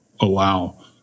allow